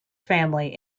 family